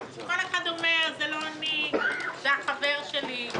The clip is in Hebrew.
כל אחד אומר: זה לא אני, זה החבר שלי.